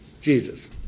Jesus